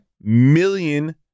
million